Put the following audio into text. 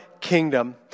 kingdom